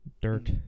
dirt